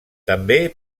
també